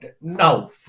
No